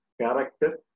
character